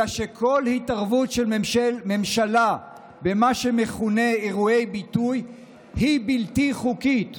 אלא שכל התערבות של ממשלה במה שמכונה אירועי ביטוי היא בלתי חוקית.